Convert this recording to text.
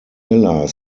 miller